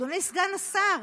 אדוני סגן השר,